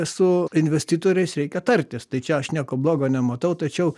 su investitoriais reikia tartis tai čia aš nieko blogo nematau tačiau